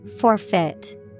Forfeit